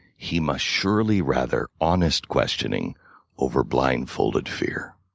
he must surely rather honest questioning over blindfolded fear.